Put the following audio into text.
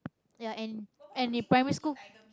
ya and and in primary school